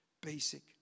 basic